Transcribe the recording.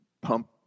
pump